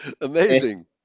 Amazing